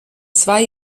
zwei